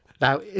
Now